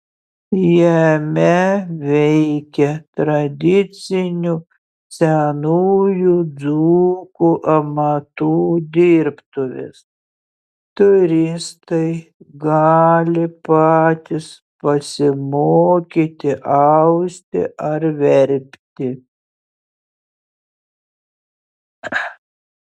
jame veikia tradicinių senųjų dzūkų amatų dirbtuvės turistai gali patys pasimokyti austi ar verpti